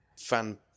fan